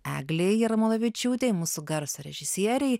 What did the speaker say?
eglei jarmalavičiūtei mūsų garso režisierei